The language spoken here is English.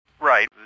Right